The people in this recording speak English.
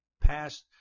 past